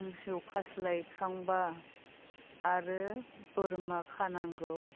मोसौ खास्लायखांबा आरो बोरमा खानांगौ